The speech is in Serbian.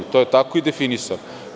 To je tako definisano.